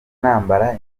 nambara